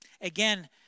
again